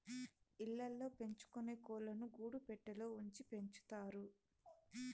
ఇళ్ళ ల్లో పెంచుకొనే కోళ్ళను గూడు పెట్టలో ఉంచి పెంచుతారు